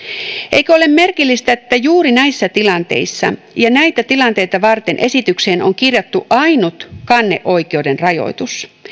eikö ole merkillistä että juuri näissä tilanteissa ja näitä tilanteita varten esitykseen on kirjattu ainut kanneoikeuden rajoitus